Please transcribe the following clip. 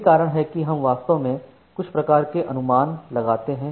यही कारण है कि हम वास्तव में कुछ प्रकार के अनुमान लगाते हैं